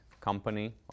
company